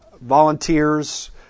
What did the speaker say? volunteers